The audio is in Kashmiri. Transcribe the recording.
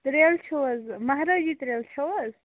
ترٛیلہٕ چھِو حظ مہرٲجی ترٛیلہٕ چھِو حظ